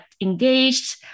engaged